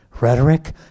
rhetoric